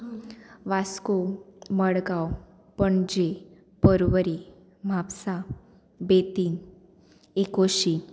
Vasco Madgaon Panaji Porvorim Mapusa Betim एकोशीं